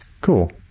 Cool